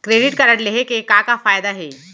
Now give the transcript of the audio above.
Credit card लेहे के का का फायदा हे?